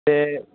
ते